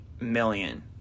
million